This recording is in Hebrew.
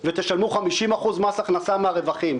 ותשלמו 50% מס הכנסה מהרווחים,